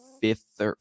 fifth